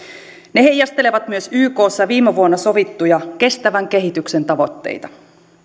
ne heijastelevat myös ykssa viime vuonna sovittuja kestävän kehityksen tavoitteita